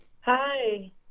hi